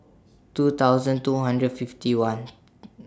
two thousand two hundred fifty one